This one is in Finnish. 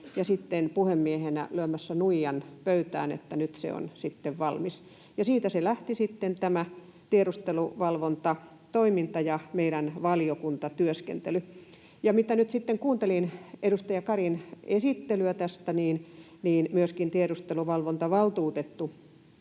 puhemiehenä lyömässä nuijan pöytään, että nyt se on sitten valmis. Siitä se lähti sitten tämä tiedusteluvalvontatoiminta ja meidän valiokuntatyöskentely. Mitä nyt sitten kuuntelin edustaja Karin esittelyä tästä, niin myöskin tiedusteluvalvontavaltuutetun